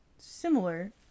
Similar